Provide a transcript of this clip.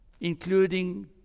including